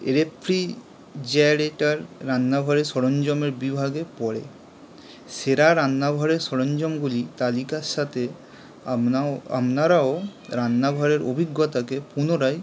refrigerator রান্নাঘরেে সরঞ্জামের বিভাগে পড়ে সেরা রান্নাঘরের সরঞ্জামগুলির তালিকার সাথে আপনারও আপনারাও রান্নাঘরের অভিজ্ঞতাকে পুনরায়